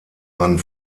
mann